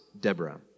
Deborah